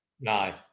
No